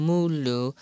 Mulu